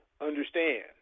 understand